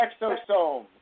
exosome